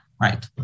Right